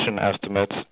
estimates